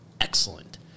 excellent